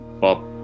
pop